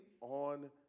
on